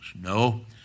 No